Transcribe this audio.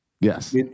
yes